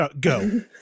Go